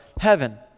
heaven